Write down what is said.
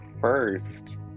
first